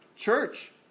church